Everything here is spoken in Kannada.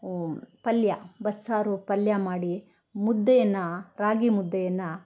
ಪಲ್ಯ ಬಸ್ಸಾರು ಪಲ್ಯ ಮಾಡಿ ಮುದ್ದೆಯನ್ನು ರಾಗಿ ಮುದ್ದೆಯನ್ನು